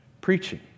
preaching